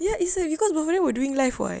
ya it's like cause both of them were doing live [what]